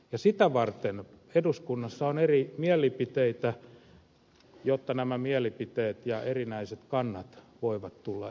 ja sitä varten eduskunnassa on eri mielipiteitä jotta nämä mielipiteet ja erinäiset kannat voivat tulla esiin